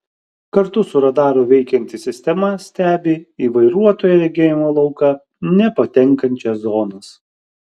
kartu su radaru veikianti sistema stebi į vairuotojo regėjimo lauką nepatenkančias zonas